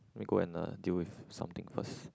go and uh deal with something first